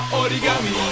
origami